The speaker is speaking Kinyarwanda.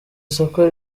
isoko